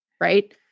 Right